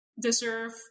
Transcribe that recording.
deserve